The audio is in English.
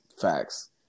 facts